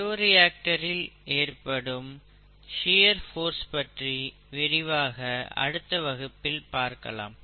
பயோரியாக்டரில் ஏற்படும் shear force பற்றி விரிவாக அடுத்த வகுப்பில் பார்க்கலாம்